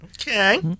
Okay